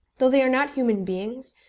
though they are not human beings,